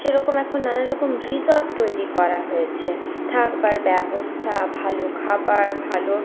সেরকম এখন নানা রকম রিসর্ট তৈরি করা হয়েছে থাকবার ব্যবস্থা ভালো খাবার ভালো